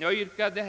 Jag yrkade